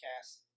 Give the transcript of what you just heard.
Cast